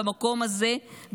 במקום הזה,